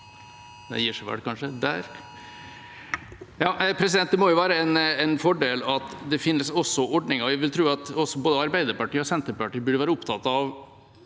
Det må jo være en fordel at det også finnes ordninger – som jeg vil tro at også Arbeiderpartiet og Senterpar tiet burde være opptatt av